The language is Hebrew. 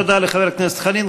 תודה לחבר הכנסת חנין.